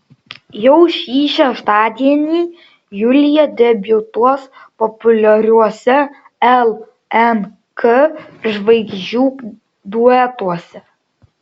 jau šį šeštadienį julija debiutuos populiariuose lnk žvaigždžių duetuose